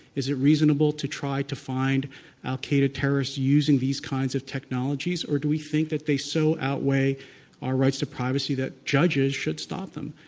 is it reasonable to try to find al-qaeda terrorists using these kinds of technologies or do we think that they so outweigh our rights to privacy that judges should stop them?